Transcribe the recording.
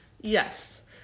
Yes